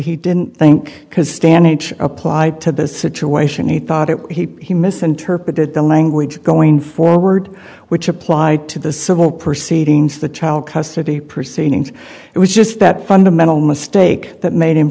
he didn't think because stan h applied to the situation he thought it he misinterpreted the language going forward which applied to the civil proceedings the child custody proceedings it was just that fundamental mistake that made him